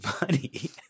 money